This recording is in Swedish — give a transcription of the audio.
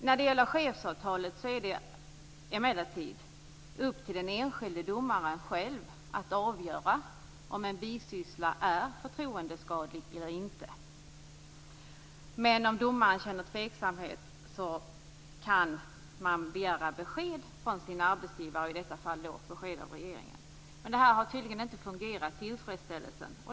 När det gäller chefsavtalet är det emellertid upp till den enskilde domaren själv att avgöra om en bisyssla är förtroendeskadlig eller inte. Om domaren känner tveksamhet kan man begära besked från sin arbetsgivare, och i detta fall av regeringen. Men det här har tydligen inte fungerat tillfredsställande.